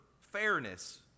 fairness